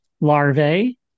larvae